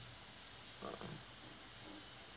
okay